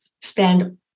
spend